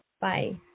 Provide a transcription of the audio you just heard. Bye